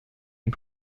une